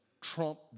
Trump